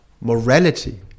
Morality